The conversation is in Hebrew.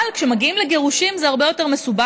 אבל כשמגיעים לגירושים זה הרבה יותר מסובך.